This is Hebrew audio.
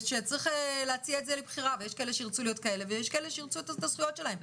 להציע את זה לבחירה יש שירצו להיות כאלה ויש שירצו את הזכויות שלהם.